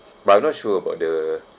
but I'm not sure about the